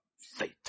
faith